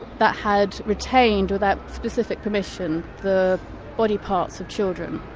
that had retained without specific permission the body parts of children,